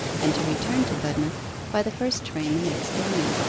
and to return to budmouth by the first train the next morning,